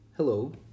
Hello